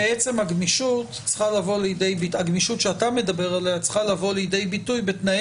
שבעצם הגמישות שאתה מדבר עליה צריכה לבוא לידי ביטוי בתנאי